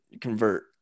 convert